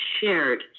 shared